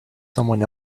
someone